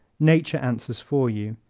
nature answers for you.